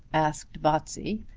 asked botsey,